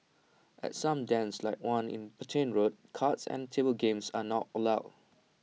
at some dens like one in Petain road cards and table games are not allowed